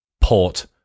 port